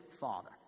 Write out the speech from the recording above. father